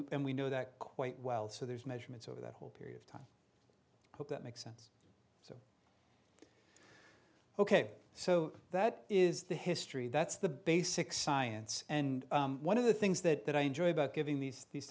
we know that quite well so there's measurements over that whole period of time what that makes sense ok so that is the history that's the basic science and one of the things that i enjoy about giving these these